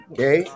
Okay